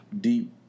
deep